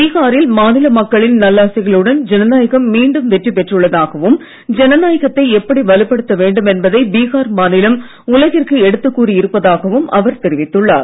பீகாரில் மாநில மக்களின் நல்லாசிகளுடன் ஜனநாயகம் மீண்டும் வெற்றி பெற்றுள்ளதாகவும் ஜனநாயகத்தை எப்படி வலுப்படுத்த வேண்டும் என்பதை பீகார் மாநிலம் உலகிற்கு எடுத்துக் கூறி இருப்பதாகவும் அவர் தெரிவித்துள்ளார்